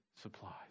Supplies